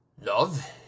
love